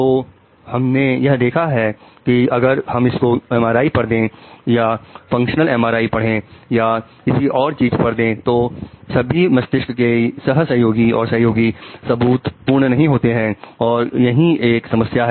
तो हमने यह देखा कि अगर हम इसको mri पर दें या फंक्शनल mri पढ़ने या किसी और चीज पर दें तो सभी मस्तिष्क के सह सहयोगी और सहयोगी सबूत पूर्ण नहीं होते हैं और यही एक समस्या है